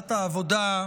סיעת העבודה,